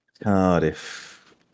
Cardiff